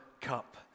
cup